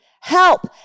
Help